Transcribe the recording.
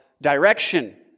direction